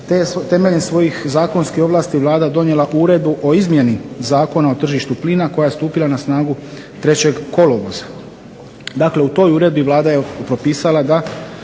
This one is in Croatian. temeljem svojih zakonskih ovlasti Vlada donijela Uredbu o izmjeni Zakona o tržištu plina koja je stupila na snagu 3. kolovoza. Dakle, u toj uredbi Vlada je propisala da